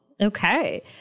Okay